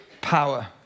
power